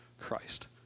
Christ